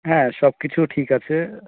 হ্যাঁ সব কিছু ঠিক আছে